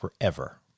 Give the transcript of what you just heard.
forever